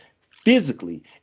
physically